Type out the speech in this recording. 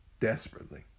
desperately